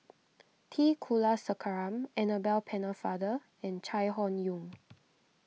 T Kulasekaram Annabel Pennefather and Chai Hon Yoong